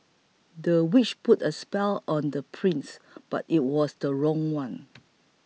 the witch put a spell on the prince but it was the wrong one